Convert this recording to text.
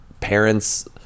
parents